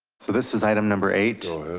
so this is item number eight.